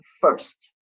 first